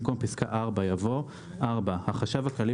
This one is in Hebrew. במקום פסקה (4) יבוא: "(4) החשב הכללי